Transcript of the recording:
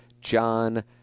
John